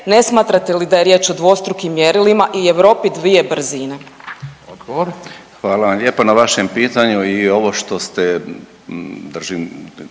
Ne smatrate li da je riječ o dvostrukim mjerilima i Europi dvije brzine?